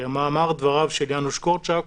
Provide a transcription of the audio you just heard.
כמאמר דבריו של יאנוש קורצ'ק: